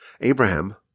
Abraham